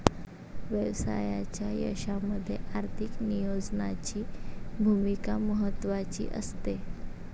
व्यवसायाच्या यशामध्ये आर्थिक नियोजनाची भूमिका महत्त्वाची असते